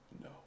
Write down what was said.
No